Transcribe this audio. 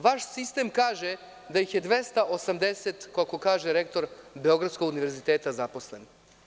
Vaš sistem kaže da ih je 280, koliko kaže rektor Beogradskog univerziteta, zaposleno.